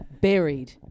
buried